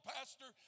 Pastor